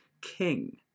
king